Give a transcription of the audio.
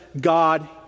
God